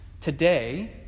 today